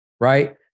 Right